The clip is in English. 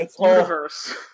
universe